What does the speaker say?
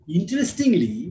Interestingly